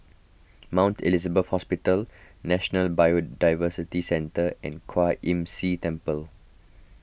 Mount Elizabeth Hospital National Biodiversity Centre and Kwan Imm See Temple